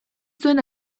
zuen